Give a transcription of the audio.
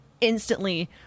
instantly